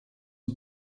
and